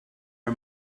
her